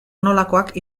nolakoak